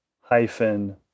hyphen